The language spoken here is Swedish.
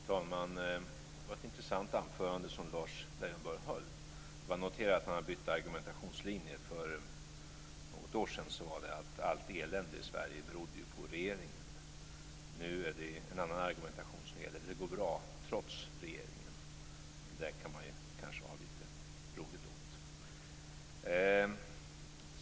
Fru talman! Det var ett intressant anförande som Lars Leijonborg höll. Jag noterar att han har bytt argumentationslinje. För något år sedan var den att allt elände i Sverige berodde på regeringen. Nu är det en annan argumentation som gäller. Nu går det bra trots regeringen. Det där kan man kanske ha lite roligt åt.